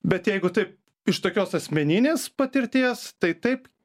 bet jeigu taip iš tokios asmeninės patirties tai taip